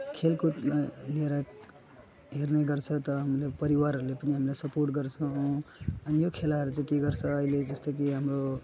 खेलकुद लिएर हेर्ने गर्छौँ त हामीले परिवारहरूले पनि हामीलाई सपोर्ट गर्छ अनि यो खेलाहरू चाहिँ के गर्छ अहिले जस्तो कि हाम्रो